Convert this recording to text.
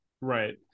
Right